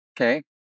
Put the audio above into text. Okay